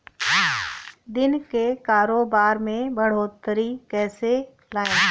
दिन के कारोबार में बढ़ोतरी कैसे लाएं?